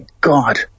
God